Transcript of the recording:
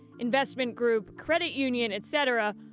investment group, credit union, etc.